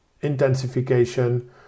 intensification